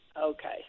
okay